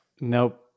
Nope